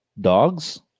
dogs